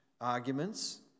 arguments